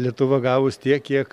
lietuva gavus tiek kiek